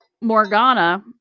Morgana